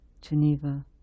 Geneva